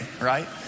right